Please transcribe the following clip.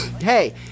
Hey